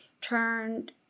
turned